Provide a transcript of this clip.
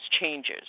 changes